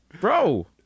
Bro